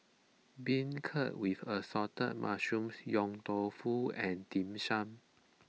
Beancurd with Assorted Mushrooms Yong Tau Foo and Dim Sum